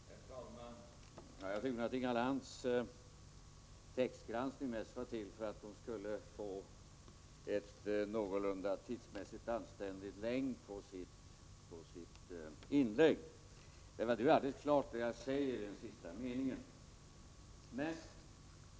Herr talman! Jag förmodar att Inga Lantz textgranskning mest var till för att hon skulle få en tidsmässigt någorlunda anständig längd på sitt inlägg. Det är ju alldeles klart vad jag säger i den sista meningen.